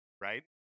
right